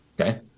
Okay